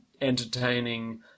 entertaining